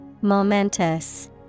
Momentous